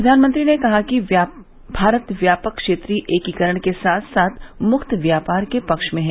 प्रधानमंत्री ने कहा कि भारत व्यापक क्षेत्रीय एकीकरण के साथ साथ मुक्त व्यापार के पक्ष में है